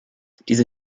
diese